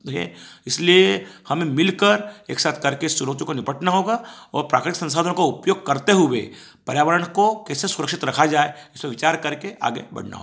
है इसलिए हमें मिलकर एक साथ करके इस चुनौतियों को निपटना होगा और प्राकृतिक संसाधनों का उपयोग करते हुए पर्यावरण को कैसे सुरक्षित रखा जाए इस पर विचार करके आगे बढ़ना होगा